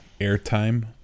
airtime